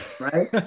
Right